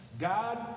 God